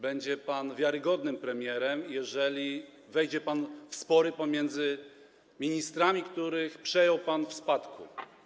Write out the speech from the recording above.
Będzie pan wiarygodnym premierem, jeżeli wejdzie pan w spory pomiędzy ministrami, których przejął pan w spadku.